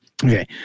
Okay